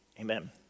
amen